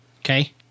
Okay